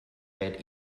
bed